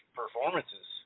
performances